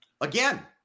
Again